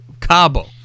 Cabo